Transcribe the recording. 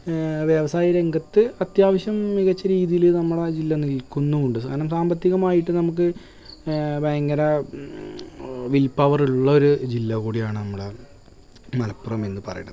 വ്യവസായിക രംഗത്ത് അത്യാവശ്യം മികച്ച രീതിയില് നമ്മളെ ജില്ല നില്ക്കുന്നുമുണ്ട് സാമ്പത്തികമായിട്ട് നമുക്ക് ഭയങ്കര വില്പ്പവറുള്ളൊരു ജില്ല കൂടിയാണ് നമ്മളെ മലപ്പുറം എന്ന് പറയുന്നത്